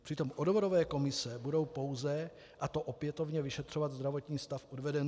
Přitom odvodové komise budou pouze, a to opětovně, vyšetřovat zdravotní stav odvedenců.